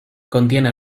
contiene